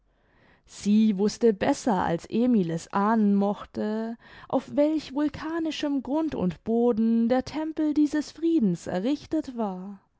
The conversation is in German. sie wußte besser als emil es ahnen mochte auf welch vulkanischem grund und boden der tempel dieses friedens errichtet war